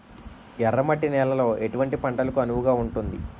ఎర్ర మట్టి నేలలో ఎటువంటి పంటలకు అనువుగా ఉంటుంది?